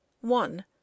one